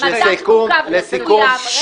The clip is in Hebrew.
לסיכום --- רגע.